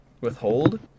withhold